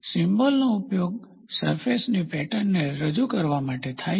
સિમ્બોલનો ઉપયોગ સરફેસની પેટર્ન ને રજૂ કરવા માટે થાય છે